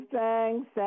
thanks